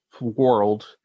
world